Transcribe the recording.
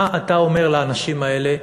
מה אתה אומר לאנשים האלה?